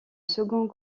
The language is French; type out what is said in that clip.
second